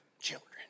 children